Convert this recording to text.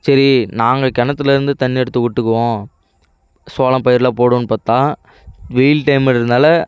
சரி நாங்கள் கிணத்துலேருந்து தண்ணி எடுத்து விட்டுக்குவோம் சோளம் பயிரெலாம் போடுவோம்னு பார்த்தா வெயில் டைம்முன்றதுனால